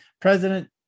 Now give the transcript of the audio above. President